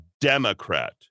Democrat